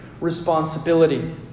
responsibility